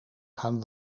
gaan